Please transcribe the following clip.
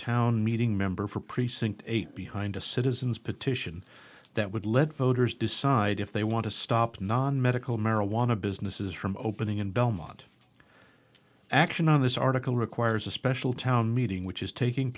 town meeting member for precinct eight behind a citizens petition that would lead voters decide if they want to stop non medical marijuana businesses from opening in belmont action on this article requires a special town meeting which is taking